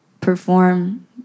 perform